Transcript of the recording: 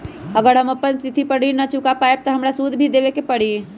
अगर हम अपना तिथि पर ऋण न चुका पायेबे त हमरा सूद भी देबे के परि?